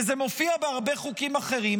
וזה מופיע בהרבה חוקים אחרים,